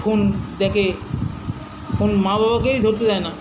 phone দেখে phone মা বাবাকেই ধরতে দেয় না